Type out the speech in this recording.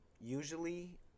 usually